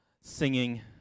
Singing